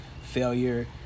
failure